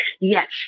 yes